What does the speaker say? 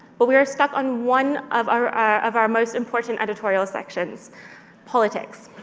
but we were stuck on one of our of our most important editorial sections politics.